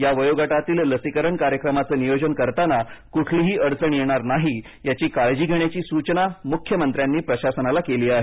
या वयोगटातील लसीकरण कार्यक्रमाचे नियोजन करताना कुठलीही अडचण येणार नाही याची काळजी घेण्याची सूचना मुख्यमंत्र्यांनी प्रशासनाला केली आहे